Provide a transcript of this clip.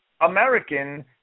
American